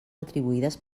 retribuïdes